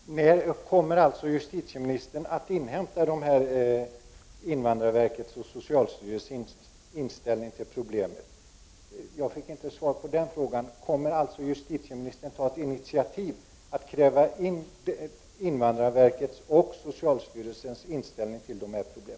Herr talman! Jag fick inte något svar på min fråga när justitieministern kommer att inhämta invandrarverkets och socialstyrelsens inställning till problemet. Kommer alltså justitieministern att ta ett initiativ till att fordra in invandrarverkets och socialstyrelsens inställning till dessa frågor?